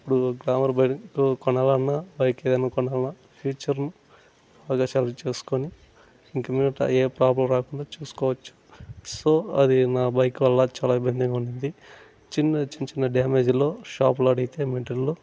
ఇప్పుడు glamour bike ఇప్పుడు కొనాలన్నా బైక్ ఏదన్నా కొనాలన్నా ఫీచరు ఒకసారి చూసుకొని ఇంక మీదట ఏ ప్రాబ్లెమ్ రాకుండా చూసుకోవచ్చు సో అది నా బైక్ వల్ల చాలా ఇబ్బందిగా ఉన్నింది చిన్న చిన్న డ్యామేజ్ల్లో షాపుల్లో అడిగితే మెటీరియల్